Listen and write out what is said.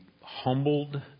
humbled